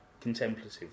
contemplative